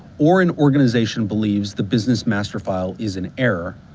or an organization believes the business master file is in error,